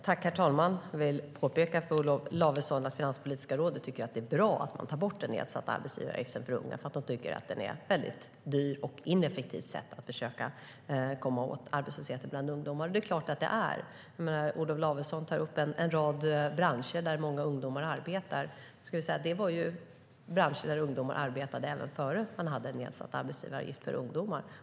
Herr talman! Jag vill påpeka för Olof Lavesson att Finanspolitiska rådet tycker att det är bra att den nedsatta arbetsgivaravgiften för unga tas bort. De tycker att det är ett dyrt och ineffektivt sätt att försöka komma åt arbetslösheten bland ungdomar. Och det är det. Olof Lavesson nämner en rad branscher där många ungdomar arbetar, men det är branscher där ungdomar arbetade även innan det fanns en nedsatt arbetsgivaravgift för ungdomar.